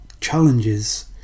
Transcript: challenges